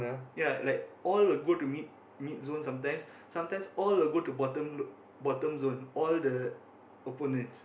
ya like all will go to mid mid zone sometimes sometimes all will go to bottom bottom zone all the opponents